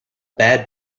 bad